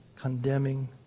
condemning